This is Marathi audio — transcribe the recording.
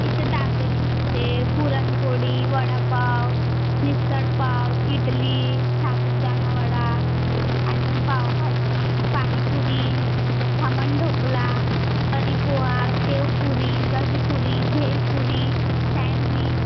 इथं दाबेली मिळते पुरणपोडी वडापाव मिसळपाव इडली साबुदाणा वडा आणखी पावभाजी पाणीपुरी खमण ढोकळा तर्रीपोहा शेवपुरी दहीपुरी भेलपुरी सँडविच